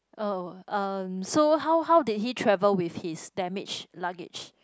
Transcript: oh uh so how how did he travel with his damaged luggage